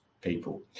people